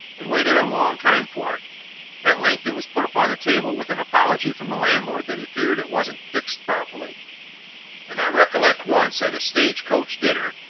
and waited a long time for it at length it was put upon the table with an apology from the landlord that he feared it wasn't fixed properly and i recollect once, at a stage-coach dinner,